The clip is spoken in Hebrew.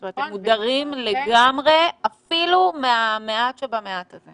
זאת אומרת הם מודרים לגמרי אפילו מהמעט שבמעט הזה.